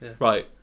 Right